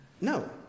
No